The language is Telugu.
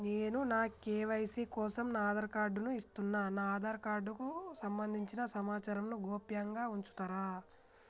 నేను నా కే.వై.సీ కోసం నా ఆధార్ కార్డు ను ఇస్తున్నా నా ఆధార్ కార్డుకు సంబంధించిన సమాచారంను గోప్యంగా ఉంచుతరా?